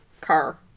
car